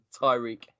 Tyreek